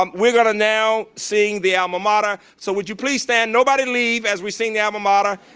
um we're gonna now sing the alma mater, so would you please stand, nobody leave, as we sing the alma mater.